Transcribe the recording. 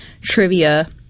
trivia